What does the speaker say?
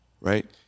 Right